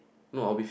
no I'll be